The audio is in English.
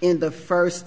in the first